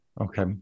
okay